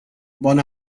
bon